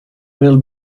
will